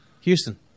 Houston